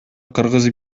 кыргыз